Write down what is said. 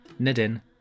Nidin